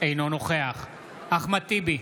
אינו נוכח אחמד טיבי,